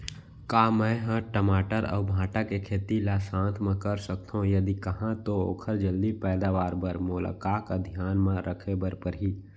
का मै ह टमाटर अऊ भांटा के खेती ला साथ मा कर सकथो, यदि कहाँ तो ओखर जलदी पैदावार बर मोला का का धियान मा रखे बर परही?